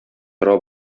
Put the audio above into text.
тора